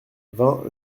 vingt